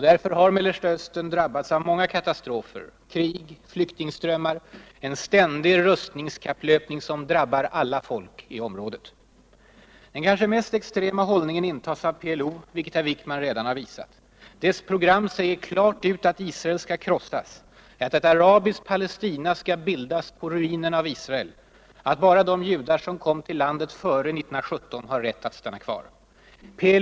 Därför har Mellersta Östern drabbats av många katastrofer: krig, flyktingströmmar, en ständig rustningskapplöpning som drabbar afla folk i området. Den kanske mest extrema hållningen intas av PLO, vilket herr Wijkman redan har påpekat. Dess program säger klart ut att Israel måste krossas, att ett arabiskt Palestina skall bildas på ruinerna av Israel, att bara de judar som kom till landet före 1917 har rätt att stanna kvar i området.